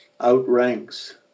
outranks